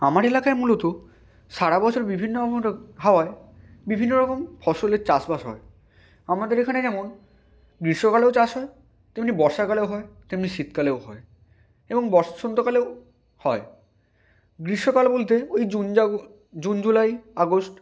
আমার এলাকায় মূলত সারা বছর বিভিন্নমূলক হাওয়ায় বিভিন্ন রকম ফসলের চাষবাস হয় আমাদের এখানে যেমন গ্রীষ্মকালেও চাষ হয় তেমনি বর্ষাকালেও হয় তেমনি শীতকালেও হয় এবং বসন্তকালেও হয় গ্রীষ্মকাল বলতে ওই জুন যাগো ওই জুন জুলাই আগস্ট